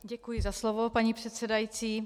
Děkuji za slovo, paní předsedající.